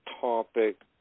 topic